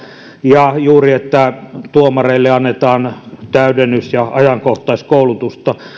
ja juuri se että tuomareille annetaan täydennys ja ajankohtaiskoulutusta